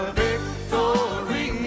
victory